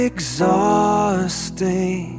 Exhausting